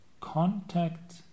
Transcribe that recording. contact